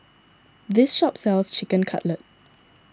this shop sells Chicken Cutlet